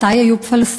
מתי היו פלסטינים?